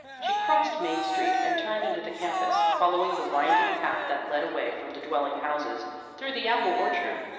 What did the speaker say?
she crossed main street and turned into the campus, following the winding path that led away from the dwelling-houses through the apple orchard.